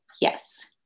yes